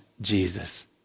Jesus